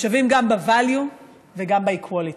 הם שווים גם ב-value וגם ב-equality,